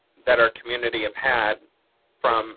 that our community have had from